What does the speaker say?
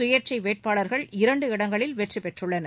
சுயேட்சை வேட்பாளர்கள் இரண்டு இடங்களில் வெற்றி பெற்றுள்ளனர்